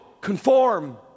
conform